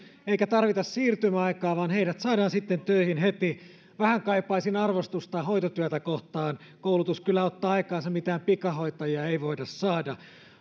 eikä tarvita siirtymäaikaa vaan heidät saadaan sitten töihin heti vähän kaipaisin arvostusta hoitotyötä kohtaan koulutus kyllä ottaa aikansa mitään pikahoitajia ei voida saada